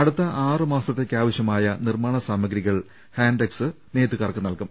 അടുത്ത ആറുമാസത്തേക്കാവശ്യമായ നിർമ്മാണ സാമഗ്രികൾ ഹാൻടെക്സ് നെയ്ത്തുകാർക്ക് നൽകും